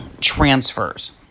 transfers